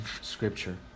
Scripture